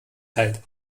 teilt